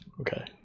Okay